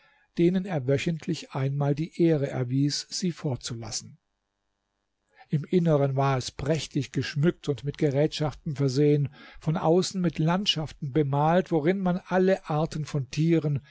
denen er wöchentlich einmal die ehre erwies sie vorzulassen im inneren war es prächtig geschmückt und mit gerätschaften versehen von außen mit landschaften bemalt worin man alle arten von tieren